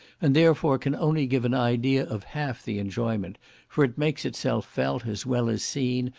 and, therefore, can only give an idea of half the enjoyment for it makes itself felt as well as seen,